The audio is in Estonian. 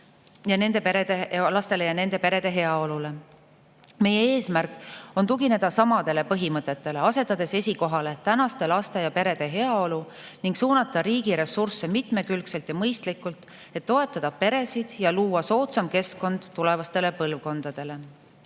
ja nende perede heaolule. Meie eesmärk on tugineda samadele põhimõtetele, asetades esikohale tänaste laste ja perede heaolu ning suunata riigi ressursse mitmekülgselt ja mõistlikult, et toetada peresid ja luua soodsam keskkond tulevastele põlvkondadele. Eesti